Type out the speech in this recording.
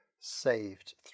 saved